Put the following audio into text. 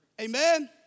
Amen